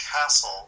castle